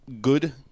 good